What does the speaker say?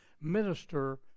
minister